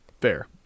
fair